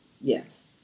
Yes